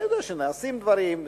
אני יודע שנעשים דברים,